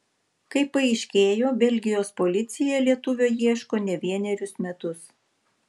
kaip paaiškėjo belgijos policija lietuvio ieško ne vienerius metus